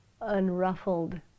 unruffled